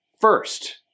First